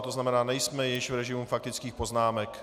To znamená, nejsme již v režimu faktických poznámek.